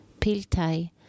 Piltai